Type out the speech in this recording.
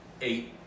eight